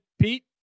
Pete